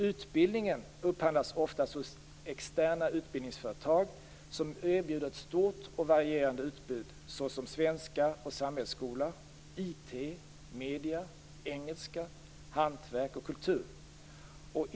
Utbildningen upphandlas ofta hos externa utbildningsföretag som erbjuder ett stort och varierande utbud såsom svenska och samhällsskola, IT, medier, engelska, hantverk och kultur.